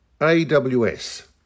AWS